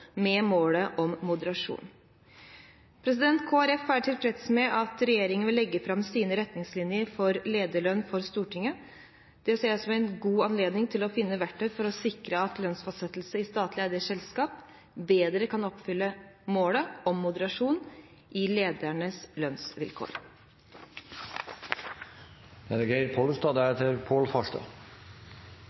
med målet om moderasjon. Kristelig Folkeparti er tilfreds med at regjeringen vil legge fram sine retningslinjer for lederlønn for Stortinget. Det ser jeg på som en god anledning til å finne verktøy for å sikre at lønnsfastsettelse i statlig eide selskaper bedre kan oppfylle målet om moderasjon i ledernes